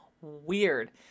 weird